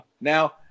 now